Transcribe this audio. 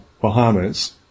Bahamas